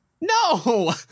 No